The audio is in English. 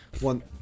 One